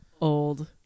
old